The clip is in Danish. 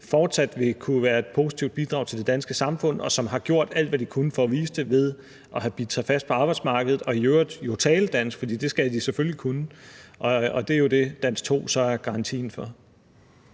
fortsat vil kunne være et positivt bidrag til det danske samfund, og som har gjort alt, hvad de kunne for at vise det ved at have bidt sig fast på arbejdsmarkedet og jo i øvrigt tale dansk. For det skal de jo selvfølgelig kunne. Og det er jo det, Dansk 2 så er garantien for.